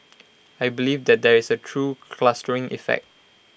I believe there there is A true clustering effect